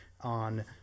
on